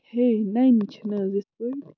ہے نَنہِ چھِ نہٕ حظ یِتھٕ پٲٹھۍ